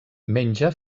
menja